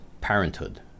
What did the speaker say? parenthood